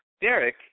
Derek